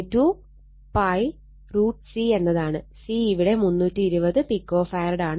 C ഇവിടെ 320 pico farad ആണ്